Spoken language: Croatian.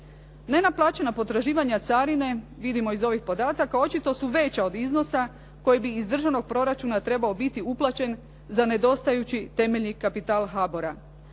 Nenaplaćena potraživanja carine vidimo iz ovih podataka očito su veća od iznosa koje bih iz državnog proračuna trebao biti uplaćen za nedostajući temeljni kapital HABOR-a.